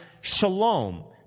shalom